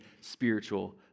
spiritual